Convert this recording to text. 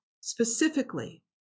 specifically